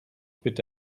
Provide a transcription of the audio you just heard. bitte